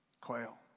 Quail